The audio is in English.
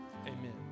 Amen